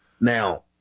Now-